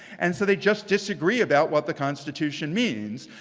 and, so, they just disagree about what the constitution means.